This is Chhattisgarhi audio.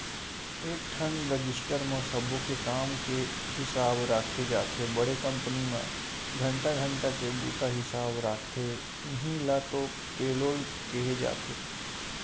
एकठन रजिस्टर म सब्बो के काम के हिसाब राखे जाथे बड़े कंपनी म घंटा घंटा के बूता हिसाब राखथे इहीं ल तो पेलोल केहे जाथे